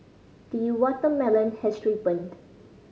the watermelon has ripened